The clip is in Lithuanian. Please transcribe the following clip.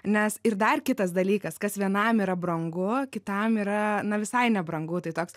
nes ir dar kitas dalykas kas vienam yra brangu kitam yra na visai nebrangu tai toks